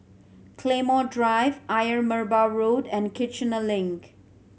Claymore Drive Ayer Merbau Road and Kiichener Link